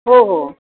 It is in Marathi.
हो हो